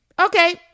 okay